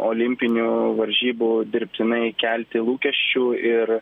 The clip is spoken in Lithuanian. olimpinių varžybų dirbtinai kelti lūkesčių ir